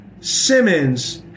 Simmons